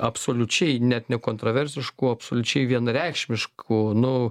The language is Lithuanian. absoliučiai net nekontroversiškų absoliučiai vienareikšmiškų nu